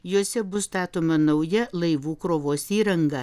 jose bus statoma nauja laivų krovos įranga